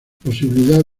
posibilidad